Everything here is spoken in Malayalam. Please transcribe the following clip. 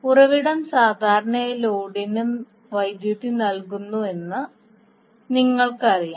ഉറവിടം സാധാരണയായി ലോഡിന് വൈദ്യുതി നൽകുന്നുവെന്ന് നിങ്ങൾക്കറിയാം